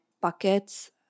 buckets